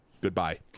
goodbye